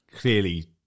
clearly